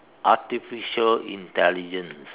artificial intelligence